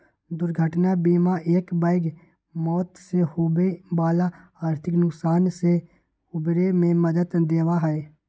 दुर्घटना बीमा एकबैग मौत से होवे वाला आर्थिक नुकसान से उबरे में मदद देवा हई